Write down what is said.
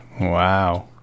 Wow